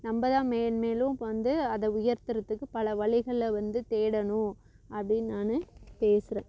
நம்ம தான் மேன் மேலும் வந்து அதை உயர்கிறத்துக்கு பல வழிகளை வந்து தேடணும் அப்படின் நான் பேசுகிறேன்